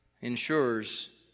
ensures